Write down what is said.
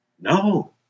no